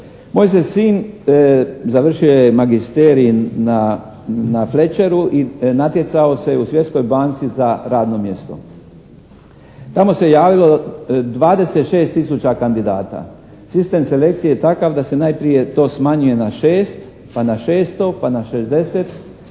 Moj je sin završio magisterij na Fletcheru i natjecao se u Svjetskoj banci za radno mjesto. Tamo se javilo 26 tisuća kandidata. Sistem selekcije je takav da se najprije smanjuje na 6, pa na 600, pa na 60